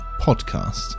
podcast